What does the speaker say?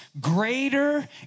greater